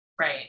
Right